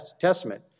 Testament